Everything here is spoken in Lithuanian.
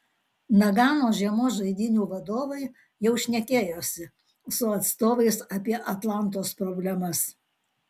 nagano žiemos žaidynių vadovai jau šnekėjosi su atstovais apie atlantos problemas